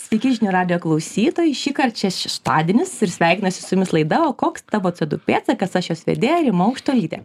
sveiki žinių radijo klausytojai šįkart čia šeštadienis ir sveikinasi su jumis laida o koks tavo co du pėdsakas aš jos vedėja rima aukštuolytė